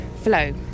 flow